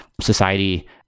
society